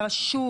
הרשות.